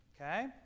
Okay